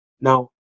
Now